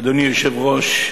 אדוני היושב-ראש,